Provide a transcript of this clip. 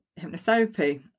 hypnotherapy